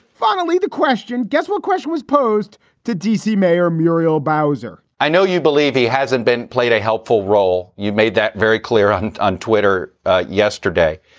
finally, the question gets what question was posed to d c. mayor muriel bowser? i know you believe he hasn't been played a helpful role. you've made that very clear on on twitter yesterday.